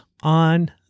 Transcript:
on